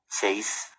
Chase